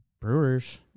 Brewers